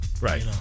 right